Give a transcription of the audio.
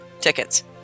tickets